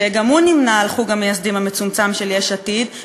שגם הוא נמנה עם חוג המייסדים המצומצם של יש עתיד,